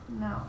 No